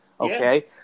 Okay